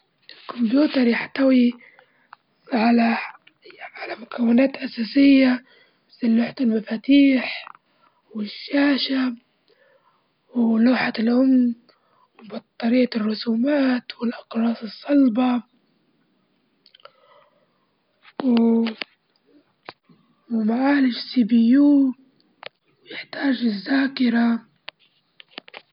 الكمبيوتر يحتوي على على مكونات أساسية، مثل لوحة المفاتيح، والشاشة، ولوحة الأم، وبطارية الرسومات، والأقراص الصلبة، ومعاليش سي بي يو يحتاج للذاكرة.